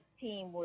team